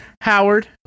Howard